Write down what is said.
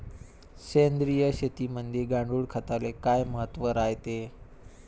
सेंद्रिय शेतीमंदी गांडूळखताले काय महत्त्व रायते?